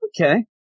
Okay